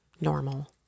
normal